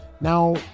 now